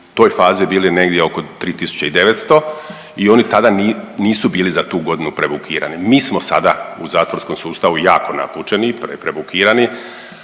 toj fazi bili negdje oko 3.900 i oni tada nisu bili za tu godinu prebukirani. Mi smo sada u zatvorskom sustavu jako napučeni i prebukirani,